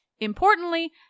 Importantly